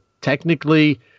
technically